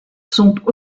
sont